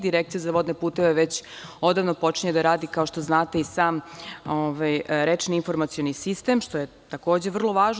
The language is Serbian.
Direkcija za vodne puteve već odavno počinje da radi kao što znate i sam rečni informacioni sistem, što je takođe vrlo važno.